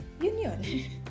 union